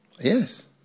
Yes